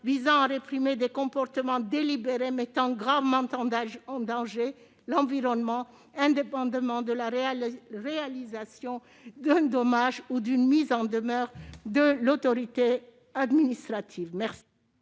visant à réprimer des comportements délibérés mettant gravement en danger l'environnement, indépendamment de la réalisation d'un dommage ou d'une mise en demeure de l'autorité administrative.